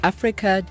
Africa